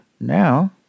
now